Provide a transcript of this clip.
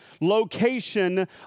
location